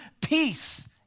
peace